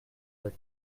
but